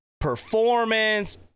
performance